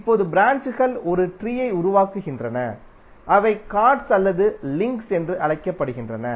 இப்போது ப்ராஞ்ச்கள் ஒரு ட்ரீயை உருவாக்குகின்றன அவை கார்ட்ஸ் அல்லது லிங்க்கள் என்று அழைக்கப்படுகின்றன